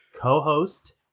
co-host